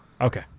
Okay